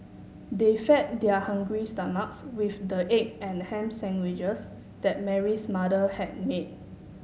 they fed their hungry stomachs with the egg and ham sandwiches that Mary's mother had made